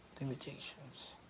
limitations